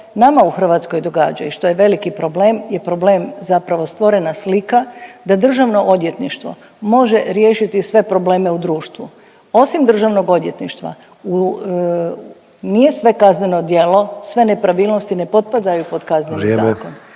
nama u Hrvatskoj događa i što je veliki problem je problem zapravo stvorena slika da državno odvjetništvo može riješiti sve probleme u društvu. Osim državnog odvjetništva, nije sve kazneno djelo, sve nepravilnosti ne potpadaju pod Kazneni